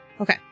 Okay